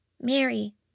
Mary